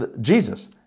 Jesus